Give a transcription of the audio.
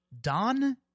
Don